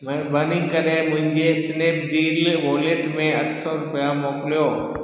महिरबानी करे मुंहिंजे स्नैपडील वॉलेट में अठ सौ रुपिया मोकिलियो